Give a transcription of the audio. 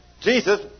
Jesus